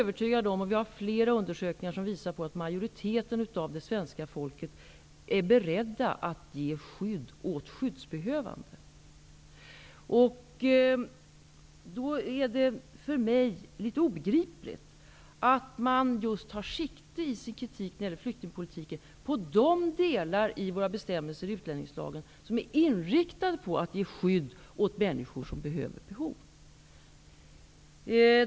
Vi har flera undersökningar som visar att majoriteten av det svenska folket är beredd att ge skydd åt skyddsbehövande. Det är då för mig litet obegripligt att man i sin kritik när det gäller flyktingpolitiken tar sikte på just de delar i våra bestämmelser i utlänningslagen vilka är inriktade på att ge skydd åt människor som har detta behov.